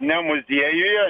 ne muziejuje